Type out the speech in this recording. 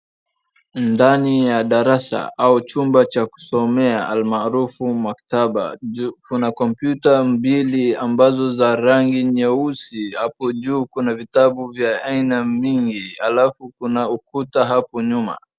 Ndani ya darasa au chumba cha kusomea almaarufu maktaba kuna kompyuta mbili ambazo za rangi nyeusi. Hapo juu kuna vitabu vya aina mingi. Halafu kuna ukuta hapo nyuma.